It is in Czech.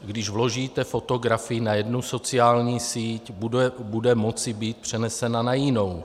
Když vložíte fotografii na jednu sociální síť, bude moci být přenesena na jinou.